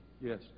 Yes